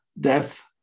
death